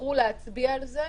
בחרו להצביע על זה.